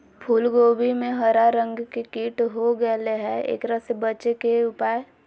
फूल कोबी में हरा रंग के कीट हो गेलै हैं, एकरा से बचे के उपाय?